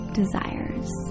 desires